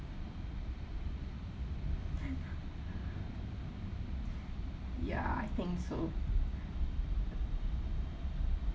ya I think so